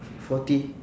forty